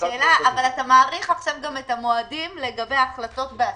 אבל אתה מאריך עכשיו גם את המועדים לגבי החלטות בהסגות.